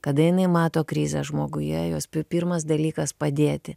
kada jinai mato krizę žmoguje jos pi pirmas dalykas padėti